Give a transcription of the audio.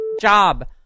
job